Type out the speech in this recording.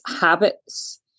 habits